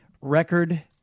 record